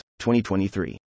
2023